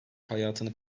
hayatını